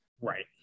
Right